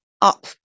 up